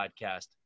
podcast